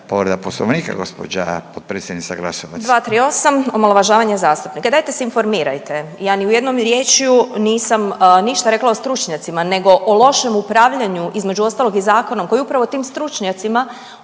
Povreda Poslovnika, gđa potpredsjednica Glasovac. **Glasovac, Sabina (SDP)** 238, omalovažavanje zastupnika. Dajte se informirajte, ja nijednom riječju nisam ništa rekla o stručnjacima nego o lošem upravljanju, između ostalog i zakonom, koji upravo tim stručnjacima